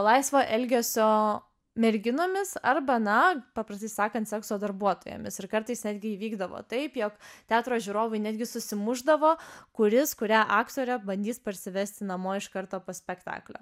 laisvo elgesio merginomis arba na paprastai sakant sekso darbuotojomis ir kartais netgi įvykdavo taip jog teatro žiūrovai netgi susimušdavo kuris kuria aktorę bandys parsivesti namo iš karto po spektaklio